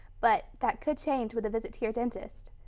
but that could change with a visit to your dentist.